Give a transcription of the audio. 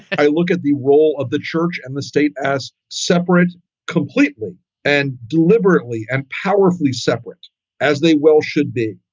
i look at the role of the church and the state as separate completely and deliberately and powerfully separate as they well should be.